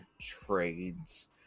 trades